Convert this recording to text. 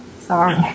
Sorry